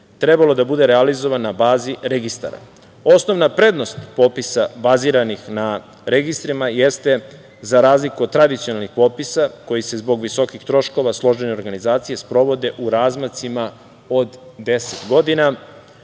trebalo da bude realizovan na bazi registara. Osnovna prednost popisa baziranih na registrima, jeste, za razliku od tradicionalnih popisa koji se zbog visokih troškova složene organizacije sprovode u razmacima od deset godina,